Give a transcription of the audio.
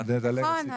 נכון.